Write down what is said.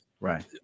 right